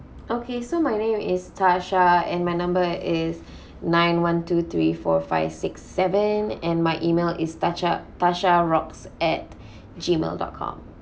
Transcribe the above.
okay so my name is tasha and my number is nine one two three four five six seven and my email is tasha tasha rocks at Gmail dot com